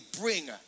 bring